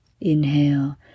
Inhale